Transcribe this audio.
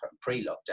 pre-lockdown